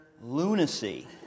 lunacy